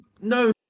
no